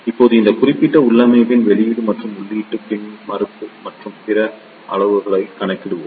இப்போது இந்த குறிப்பிட்ட உள்ளமைவின் வெளியீடு மற்றும் உள்ளீட்டு மின்மறுப்பு மற்றும் பிற அளவுருக்களைக் கணக்கிடுவோம்